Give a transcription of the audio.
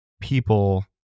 people